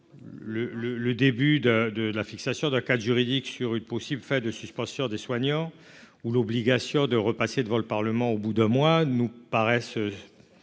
le début de de la fixation de quatre juridique sur une possible fait de suspensions de soignants ou l'obligation de repasser devant le Parlement, au bout d'un mois nous paraissent